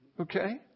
okay